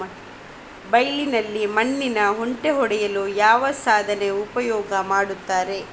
ಬೈಲಿನಲ್ಲಿ ಮಣ್ಣಿನ ಹೆಂಟೆ ಒಡೆಯಲು ಯಾವ ಸಾಧನ ಉಪಯೋಗ ಮಾಡುತ್ತಾರೆ?